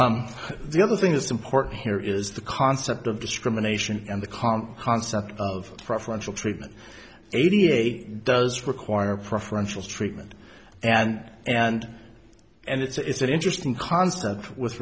cvs the other thing is important here is the concept of discrimination and the current concept of preferential treatment eighty eight does require preferential treatment and and and it's an interesting concept with